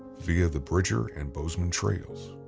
via the bridger and bozeman trails,